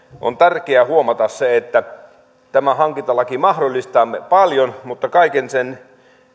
on tärkeää huomata se että tämä hankintalaki mahdollistaa paljon mutta